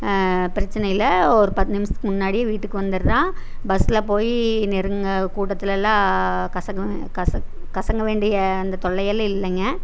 பிரச்சனை இல்லை ஒரு பத்து நிமிஷத்துக்கு முன்னடியே வீட்டுக்கு வந்துதுடுறா பஸில் போய் நெருங்க கூட்டத்துலலாம் கசக் கசக் கசங்க வேண்டியே அந்த தொல்லையெல்லாம் இல்லைங்க